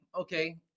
Okay